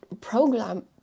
program